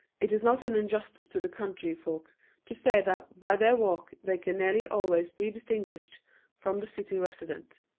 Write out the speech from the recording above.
it is not an injustice to the country folk to say that by their walk they can nearly always be distinguished from the city resident.